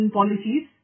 policies